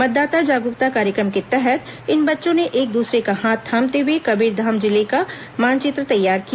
मतदाता जागरूकता कार्यक्रम के तहत इन बच्चों ने एक दूसरे का हाथ थामते हुए कबीरधाम जिले का मानचित्र तैयार किया